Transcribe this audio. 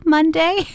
Monday